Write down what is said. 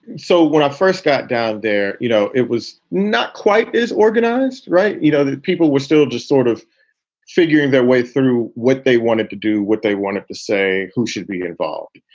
so when i first got down there, you know, it was not quite as organized. right. you know, people were still just sort of figuring their way through what they wanted to do, what they wanted to say, who should be involved.